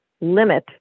limit